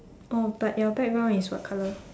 oh but your background is what colour